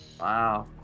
Wow